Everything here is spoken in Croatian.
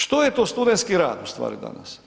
Što je to studentski rad ustvari danas?